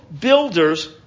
builders